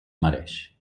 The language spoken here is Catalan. mereix